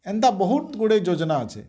ଏନ୍ତା ବହୁତ ଗୁଡ଼େ ଯୋଜନା ଅଛେ